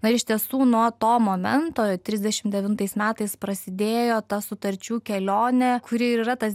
na iš tiesų nuo to momento trisdešim devintais metais prasidėjo ta sutarčių kelionė kuri ir yra tas